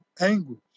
anguish